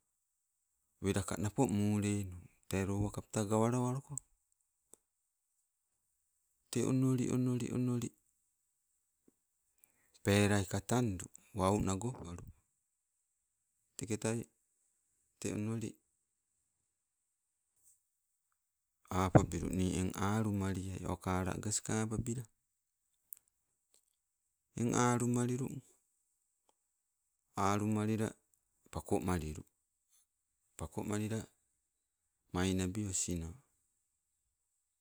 Welaka napo mulenu, tee lowa kapta gawala waluko. Te onoli, onoli, onoli pelaika tandu, wau nagopalu. Teketai, onoli apabilu nii eng alumalia, o kala aga skababila. Eng alumallilung, alumalila pakomalilu. Pakomalila mainabi osino.